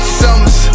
summers